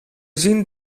zien